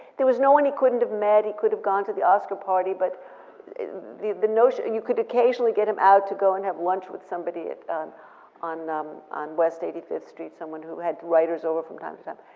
there was no one he couldn't have met, he could've gone to the oscar party, but the the notion, you could occasionally get him out to go and have lunch with somebody on on west eighty fifth street, someone who had writers over from time so